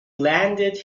landed